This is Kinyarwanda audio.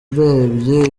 urebye